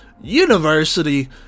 University